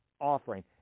offering